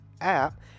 app